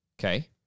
Okay